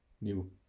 new